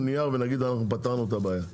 נייר ונוכל להגיד: אנחנו פתרנו את הבעיה.